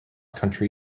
country